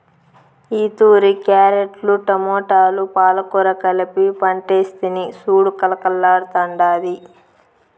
ఈతూరి క్యారెట్లు, టమోటాలు, పాలకూర కలిపి పంటేస్తిని సూడు కలకల్లాడ్తాండాది